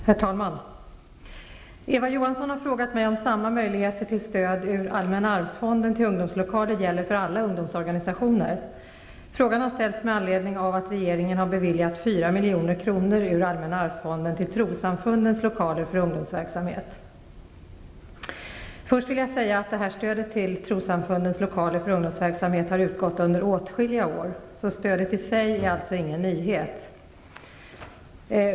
Herr talman! Eva Johansson har frågat mig om samma möjligheter till stöd ur allmänna arvsfonden till ungdomslokaler gäller för alla ungdomsorganisationer. Frågan har ställts med anledning av att regeringen har beviljat 4 milj.kr. ur allmänna arvsfonden till trossamfundens lokaler för ungdomsverksamhet. Först vill jag säga att detta stöd till trossamfundens lokaler för ungdomsverksamhet har utgått under åtskilliga år. Stödet i sig är alltså ingen nyhet.